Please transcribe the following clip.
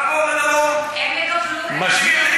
זה מספיק?